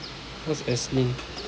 who's ezlyn